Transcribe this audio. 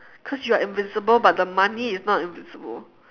cause you're invisible but the money is not invisible